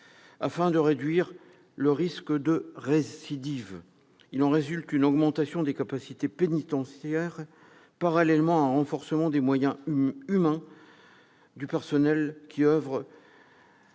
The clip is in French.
afin de réduire le risque de récidive. Il en résulte une augmentation des capacités pénitentiaires parallèlement à un renforcement des moyens humains du personnel qui oeuvre